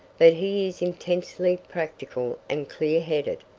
but he is intensely practical and clear-headed.